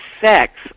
sex